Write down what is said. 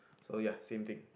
so ya same thing